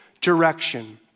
direction